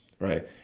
right